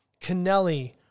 Canelli